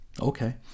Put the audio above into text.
Okay